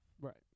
Right